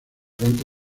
banco